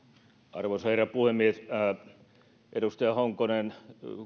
arvoisa herra puhemies edustaja honkonen